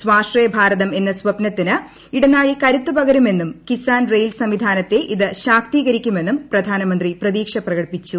സ്വാശ്രയ ഭാരതം എന്ന സ്ഥപ്നത്തിന് ഇടനാഴി ക്രുത്തുപകരും എന്നും കിസാൻ റെയിൽ സംവിധാനത്തെ ഇത് ശാക്തീകരിക്കുമെന്നും പ്രധാനമന്ത്രി പ്രതീക്ഷ പ്രകടിപ്പിച്ചു